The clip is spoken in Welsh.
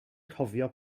cofio